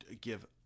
give